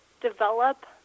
develop